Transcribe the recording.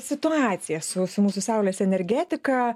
situacija su su mūsų saulės energetika